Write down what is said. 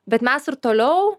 bet mes ir toliau